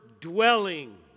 dwelling